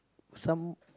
some